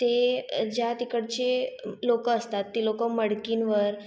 ते ज्या तिकडचे लोकं असतात ती लोकं मडकींवर